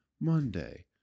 Monday